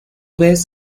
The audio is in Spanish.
vez